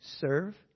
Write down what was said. serve